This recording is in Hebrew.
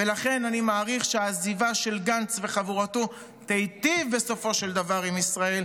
ולכן אני מעריך שהעזיבה של גנץ וחבורתו תיטיב בסופו של דבר עם ישראל,